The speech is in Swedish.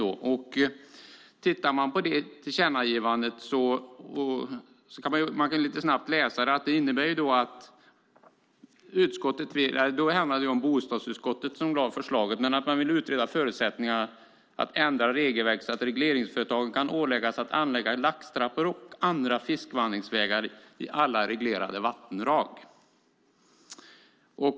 Det var då bostadsutskottet som lade fram förslaget, och om man snabbt läser det ser man att tillkännagivandet innebar att utreda förutsättningarna att ändra regelverket så att regleringsföretagen kan åläggas att använda laxtrappor eller andra fiskvandringsvägar i alla reglerade vattendrag.